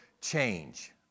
change